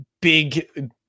big